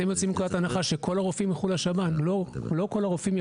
אתם יוצאים מתוך נקודת הנחה שכל הרופאים ילכו לשב"ן?